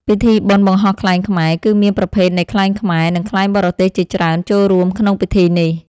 ពិធីបុណ្យបង្ហោះខ្លែងខ្មែរ គឺមានប្រភេទនៃខ្លែងខ្មែរ និងខ្លែងបរទេសជាច្រើនចូររួមក្នុងពិធីនេះ។